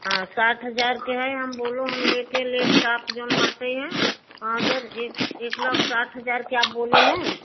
हाँ सात हजार के है हम बोलो हम लेके लेपटॉप जो बाटें है आडर एक एक लाख साठ हजार के आप बोले ना